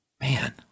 Man